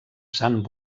sant